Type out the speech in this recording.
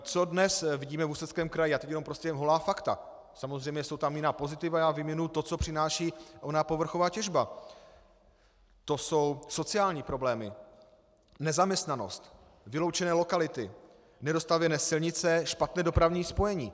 Co dnes vidíme v Ústeckém kraji a teď jenom prostě holá fakta, samozřejmě jsou tam jiná pozitiva, já vím jenom to, co přináší ona povrchová těžba to jsou sociální problémy, nezaměstnanost, vyloučené lokality, nedostavěné silnice, špatné dopravní spojení.